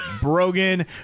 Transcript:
Brogan